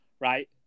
right